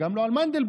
וגם לא על מנדלבליט.